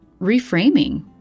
reframing